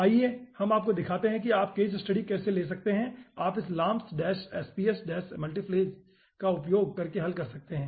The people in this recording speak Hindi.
आइए अब हम आपको दिखाते हैं कि आप केस स्टडी कैसे ले सकते हैं और आप इस LAAMPS SPH मल्टीफेज का उपयोग करके हल कर सकते हैं